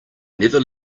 never